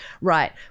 right